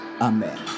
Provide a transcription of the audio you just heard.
Amen